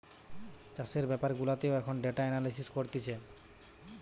চাষের বেপার গুলাতেও এখন ডেটা এনালিসিস করতিছে